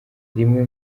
rimwe